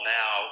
now